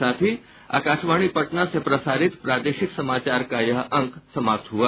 इसके साथ ही आकाशवाणी पटना से प्रसारित प्रादेशिक समाचार का ये अंक समाप्त हुआ